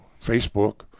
Facebook